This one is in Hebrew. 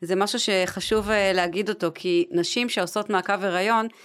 זה משהו שחשוב להגיד אותו כי נשים שעושות מעקב הריון